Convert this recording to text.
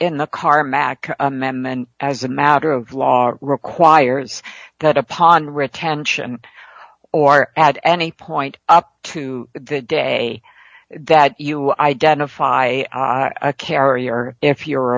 in the car max and as a matter of law requires that upon recount or at any point up to the day that you identify a carrier if you're